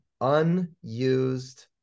unused